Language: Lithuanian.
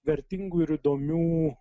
vertingų ir įdomių